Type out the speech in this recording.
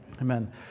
Amen